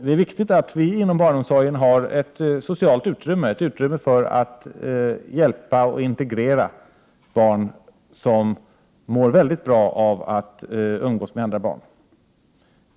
Det är viktigt att man inom barnomsorgen har ett socialt utrymme — ett utrymme för att hjälpa och integrera barn som mår väldigt bra av att umgås med andra barn.